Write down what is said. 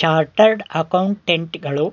chartered accountant ಗಳು